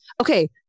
okay